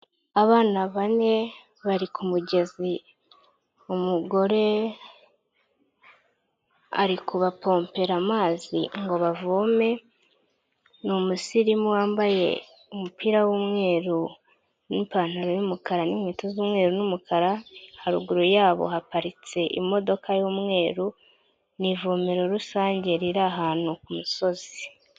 Abana bane bari ku mugezi umugore arikubapompera amazi ngo bavome, ni umusirimu wambaye umupira w'umweru n'ipantaro y'umukara n'inkweto z'umweru n'umukara, haruguru yabo haparitse imodoka y'umweru ni ivomero rusange riri ahantu ku musozi.